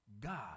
God